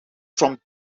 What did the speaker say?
from